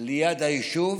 ליד היישוב,